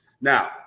Now